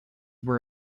were